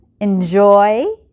enjoy